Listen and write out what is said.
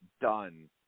done